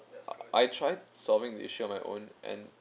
I tried solving the issue on my own and